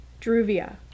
Druvia